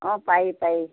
পাৰি পাৰি